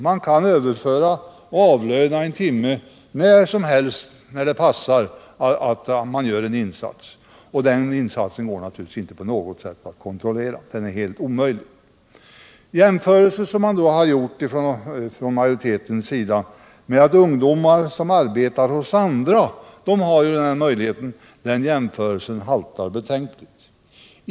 Man kan avlöna en timme när det passar. Den arbetsinsatsen går naturligtvis inte på något sätt att kontrollera. Majoriteten jämför med att ungdomar som arbetar åt andra har denna möjlighet. Den jämförelsen haltar betänkligt.